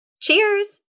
Cheers